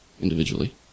individually